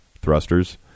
thrusters